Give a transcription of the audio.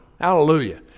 Hallelujah